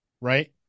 Right